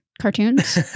cartoons